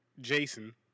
Jason